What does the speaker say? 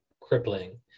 crippling